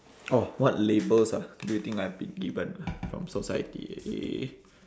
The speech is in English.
orh what labels ah do you think I have been given from society eh